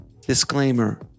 Disclaimer